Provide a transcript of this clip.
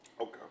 Okay